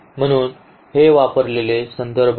म्हणून हे वापरलेले संदर्भ आहेत